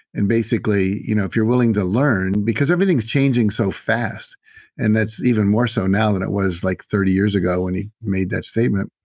and basically you know if you're willing to learn, because everything's changing so fast and that's even more so now than it was like thirty years ago when he made that statement,